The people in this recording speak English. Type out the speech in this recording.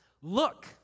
Look